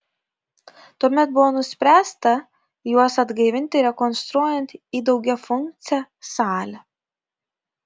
tuomet buvo nuspręsta juos atgaivinti rekonstruojant į daugiafunkcę salę